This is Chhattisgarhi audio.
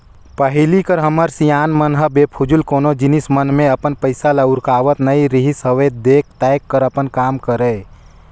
पहिली कर हमर सियान मन ह बेफिजूल कोनो जिनिस मन म अपन पइसा ल उरकावत नइ रिहिस हवय देख ताएक कर अपन काम करय